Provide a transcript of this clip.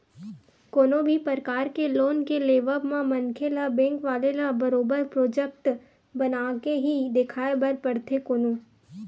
कोनो भी परकार के लोन के लेवब म मनखे ल बेंक वाले ल बरोबर प्रोजक्ट बनाके ही देखाये बर परथे कोनो